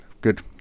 good